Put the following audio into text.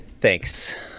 Thanks